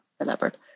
elaborate